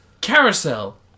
Carousel